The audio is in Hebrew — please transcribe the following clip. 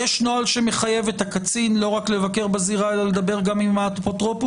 יש נוהל שמחייב את הקצין לא רק לבקר בזירה אלא לדבר גם עם האפוטרופוס,